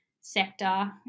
sector